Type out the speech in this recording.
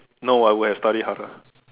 no I would had study harder